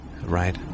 right